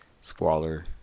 squalor